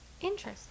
Interesting